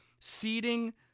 seeding